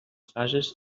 fases